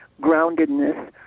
groundedness